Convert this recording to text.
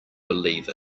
believe